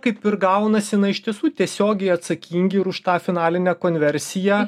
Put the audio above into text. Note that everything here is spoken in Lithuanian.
kaip ir gaunasi na iš tiesų tiesiogiai atsakingi už tą finalinę konversiją